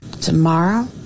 Tomorrow